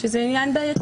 זה מה שיקרה, אורלי.